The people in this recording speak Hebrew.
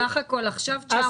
סך הכול עכשיו 900